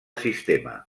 sistema